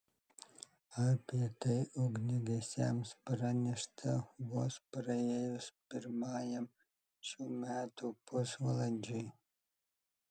apie tai ugniagesiams pranešta vos praėjus pirmajam šių metų pusvalandžiui